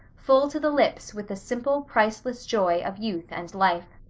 full to the lips with the simple, priceless joy of youth and life.